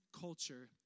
culture